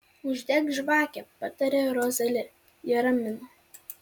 uždek žvakę pataria rozali ji ramina